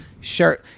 Sure